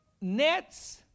nets